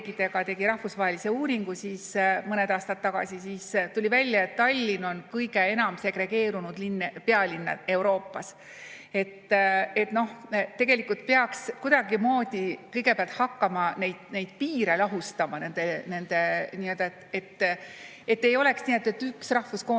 tegi rahvusvahelise uuringu mõned aastad tagasi, siis tuli välja, et Tallinn on kõige enam segregeerunud pealinn Euroopas. Tegelikult peaks kõigepealt kuidagimoodi hakkama neid piire lahustama, et ei oleks nii, et üks rahvus koondub